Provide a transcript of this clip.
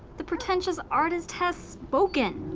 the pretentious artist has spoken.